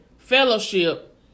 fellowship